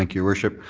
like your worship.